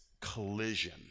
collision